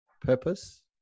purpose